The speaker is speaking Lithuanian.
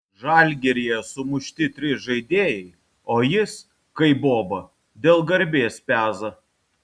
žalgiryje sumušti trys žaidėjai o jis kaip boba dėl garbės peza